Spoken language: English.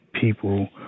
people